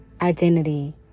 identity